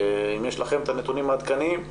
אם יש לכם את הנתונים העדכניים.